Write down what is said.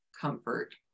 comfort